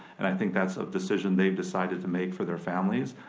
and i think that's a decision they've decided to make for their families.